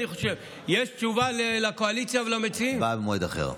יש תשובה לקואליציה ולמציעים?